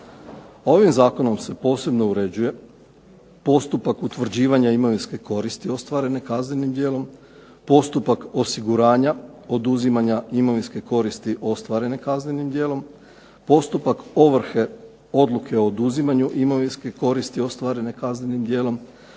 Ovim Zakonom se posebno uređuje postupak utvrđivanja imovinske koristi ostvarene kaznenim djelom, postupak osiguranja oduzimanja imovinske koristi ostvarene kaznenim djelom, postupak ovrhe, odluke o oduzimanju imovinske koristi ostvarene kaznenim djelom,